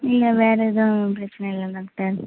இல்லை வேறு எதுவும் பிரச்சினை இல்லை டாக்டர்